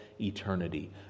eternity